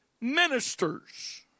ministers